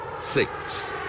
six